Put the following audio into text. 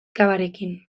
cavarekin